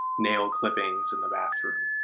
nail-clippings in the bathroom,